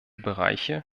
bereiche